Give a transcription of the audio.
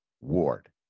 ward